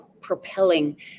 propelling